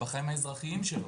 בחיים האזרחיים שלו.